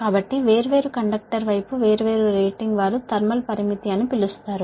కాబట్టి వేర్వేరు కండక్టర్ వైపు వేర్వేరు రేటింగ్ వారు థర్మల్ లిమిట్ అని పిలుస్తారు